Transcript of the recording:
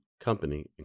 Company